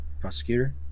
prosecutor